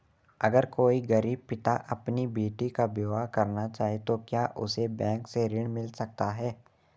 अगर कोई गरीब पिता अपनी बेटी का विवाह करना चाहे तो क्या उसे बैंक से ऋण मिल सकता है?